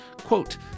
Quote